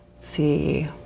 see